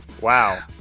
Wow